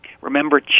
Remember